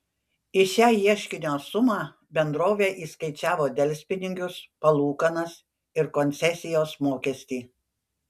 į šią ieškinio sumą bendrovė įskaičiavo delspinigius palūkanas ir koncesijos mokestį